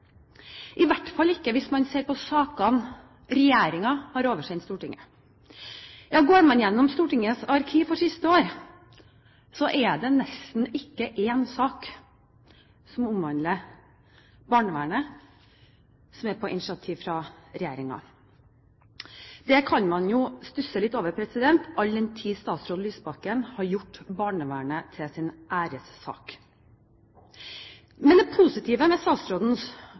i hvert fall ikke hvis man ser på sakene regjeringen har oversendt Stortinget. Ja, går man gjennom Stortingets arkiv for siste år, er det nesten ikke én sak som omhandler barnevernet på initiativ fra regjeringen. Det kan man jo stusse litt over, all den tid statsråd Lysbakken har gjort barnevernet til sin æressak. Men det positive med statsrådens